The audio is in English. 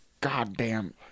goddamn